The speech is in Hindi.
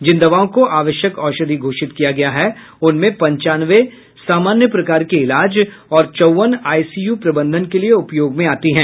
जिन दवाओं को आवश्यक औषधि घोषित किया गया है उनमें पंचानवे सामान्य प्रकार के इलाज और चौवन आईसीयू प्रबंधन के लिये उपयोग में आती हैं